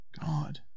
God